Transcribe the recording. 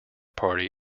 party